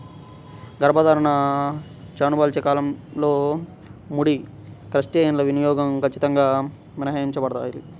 గర్భధారణ, చనుబాలిచ్చే కాలంలో ముడి క్రస్టేసియన్ల వినియోగం ఖచ్చితంగా మినహాయించబడాలి